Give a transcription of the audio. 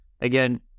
again